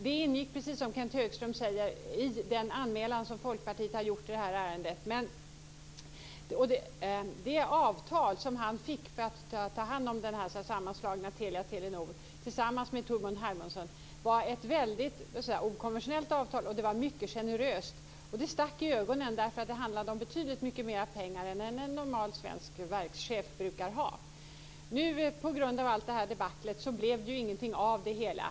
Den frågan ingick, precis som Kenth Högström sade, i den anmälan som Folkpartiet har gjort i det här ärendet. Tormund Hermansen fick för att ta hand om sammanslagningen mellan Telia och Telenor var väldigt okonventionellt och mycket generöst. Det stack i ögonen, eftersom det handlade om betydligt mycket mera pengar än en normal svensk verkschef brukar ha. På grund av det här debaclet blev det ju ingenting av det hela.